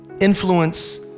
influence